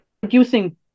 producing